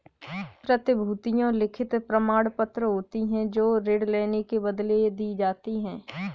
प्रतिभूतियां लिखित प्रमाणपत्र होती हैं जो ऋण लेने के बदले दी जाती है